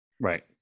right